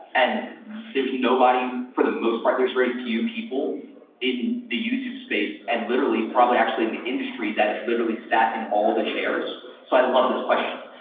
and there's nobody for the most part, there's very few people in the youtube space and literally probably actually the industry that is literally sacking all the shares, so i love this question.